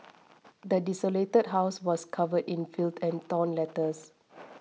the desolated house was covered in filth and torn letters